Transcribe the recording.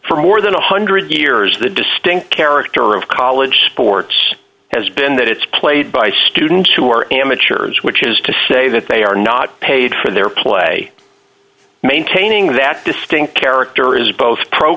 for more than a one hundred years the distinct character of college sports has been that it's played by students who are amateurs which is to say that they are not paid for their play maintaining that distinct character is both pro